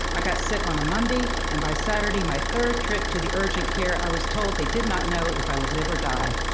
i got sick on a monday and by saturday my third trip to the urgent care i was told they did not know if i would live or die.